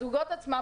הזוגות עצמם,